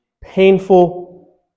painful